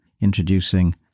introducing